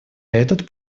этот